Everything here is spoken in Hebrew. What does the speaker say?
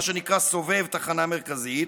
מה שנקרא סובב תחנה מרכזית,